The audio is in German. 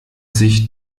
sich